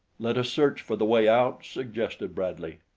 let us search for the way out, suggested bradley.